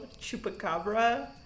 chupacabra